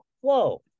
Whoa